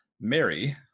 Mary